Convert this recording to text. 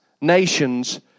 nations